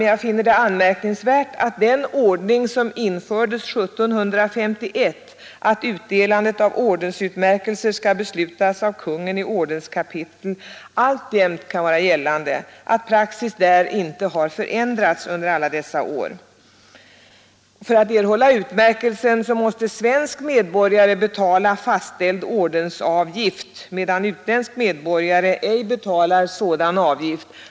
Jag finner det emellertid anmärkningsvärt att den ordning som infördes 1751, att utdelandet av ordensutmärkelser skall beslutas av kungen i ordenskapitel, alltjämt kan vara gällande och att praxis där inte har förändrats under alla dessa år. För att erhålla utmärkelsen måste svensk medborgare betala fastställd ordensavgift, medan utländsk medborgare ej betalar sådan avgift.